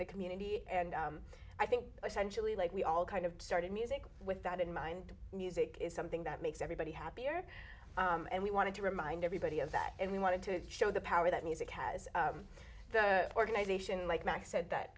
the community and i think essentially like we all kind of started music with that in mind music is something that makes everybody happier and we want to remind everybody of that and we wanted to show the power that music has organization like max said that